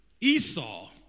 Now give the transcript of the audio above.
Esau